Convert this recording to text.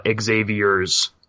Xavier's